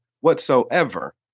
whatsoever